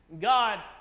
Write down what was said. God